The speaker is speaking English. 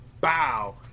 Bow